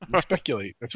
Speculate